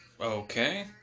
Okay